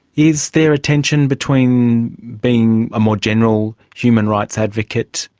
is there a tension between being a more general human rights advocate,